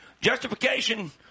justification